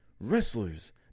wrestlers